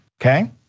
okay